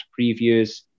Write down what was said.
previews